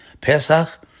Pesach